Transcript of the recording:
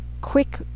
Quick